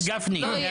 עוקף גפני.